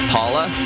Paula